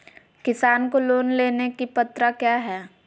किसान को लोन लेने की पत्रा क्या है?